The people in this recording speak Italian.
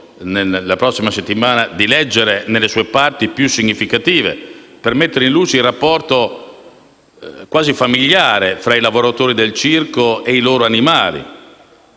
avrò modo di leggere nelle sue parti più significative per mettere il luce il rapporto quasi familiare tra i lavoratori del circo e i loro animali,